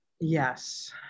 yes